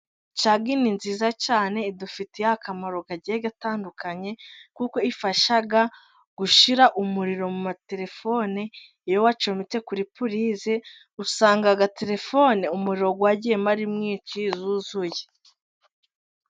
Cagini nziza cyane, idufitiye akamaro kagiye gatandukanye, kuko ifasha gushyira umuriro mu matelefone, iyo wacometse kuri purize, usanga telefone umuriro wagiyemo ari mwinshi zuzuye.